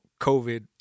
COVID